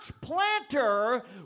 planter